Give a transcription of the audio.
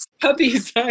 Puppies